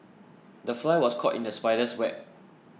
the fly was caught in the spider's web